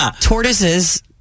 Tortoises